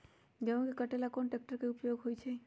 गेंहू के कटे ला कोंन ट्रेक्टर के उपयोग होइ छई?